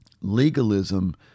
Legalism